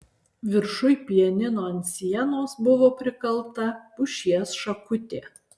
viršuj pianino ant sienos buvo prikalta pušies šakutė